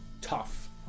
tough